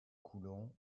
coulon